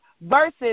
versus